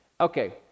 Okay